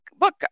look